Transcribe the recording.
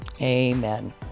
Amen